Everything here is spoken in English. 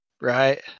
right